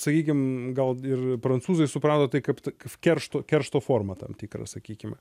sakykim gal ir prancūzai suprato tai kaip tą k keršto keršto formą tam tikrą sakykim